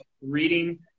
reading